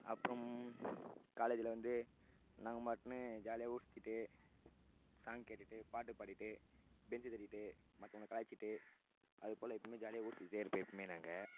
அப்புறம் காலேஜில் வந்து நாங்கள் பாட்டுன்னு ஜாலியாக ஊர் சுற்றிட்டு சாங் கேட்டுகிட்டு பாட்டு பாடிகிட்டு பென்ஞை தட்டிகிட்டு மற்றவங்கள கலாய்ச்சிகிட்டு அது போல் எப்பயுமே ஜாலியாக ஊர் சுற்றிட்டே இருப்போம் எப்பயுமே நாங்கள்